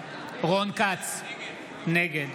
נגד